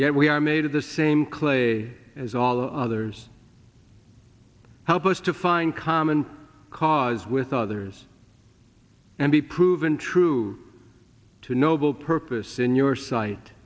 yet we are made of the same clay as all others help us to find common cause with others and be proven true to noble purpose in your sight